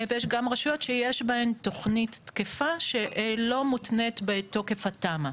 ויש גם רשויות שיש בהן תכנית תקפה שלא מותנית בתוקף התמ"א.